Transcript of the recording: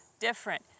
different